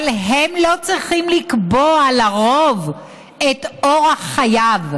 אבל הם לא צריכים לקבוע לרוב את אורח חייו,